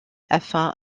afin